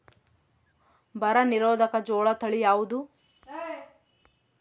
ಬರ ನಿರೋಧಕ ಜೋಳ ತಳಿ ಯಾವುದು?